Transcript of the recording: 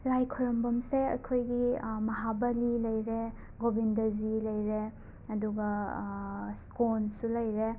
ꯂꯥꯏ ꯈꯨꯔꯝꯐꯝꯁꯦ ꯑꯩꯈꯣꯏꯒꯤ ꯃꯍꯥꯕꯂꯤ ꯂꯩꯔꯦ ꯒꯣꯕꯤꯟꯗꯖꯤ ꯂꯩꯔꯦ ꯑꯗꯨꯒ ꯁ꯭ꯀꯣꯟꯁꯨ ꯂꯩꯔꯦ